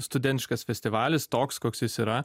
studentiškas festivalis toks koks jis yra